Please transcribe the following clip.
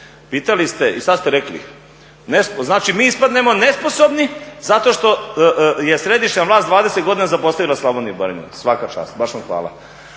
Pitali ste i sad ste rekli, znači mi ispadnemo nesposobni zato što je središnja vlast 20 godina zapostavila Slavoniju i Baranju. Svaka čast, baš vam hvala.